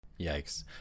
Yikes